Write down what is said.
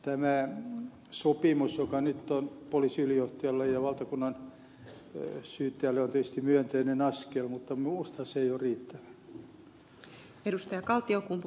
tämä sopimus joka nyt on poliisiylijohtajalla ja valtakunnansyyttäjällä on tietysti myönteinen askel mutta minusta se ei ole riittävä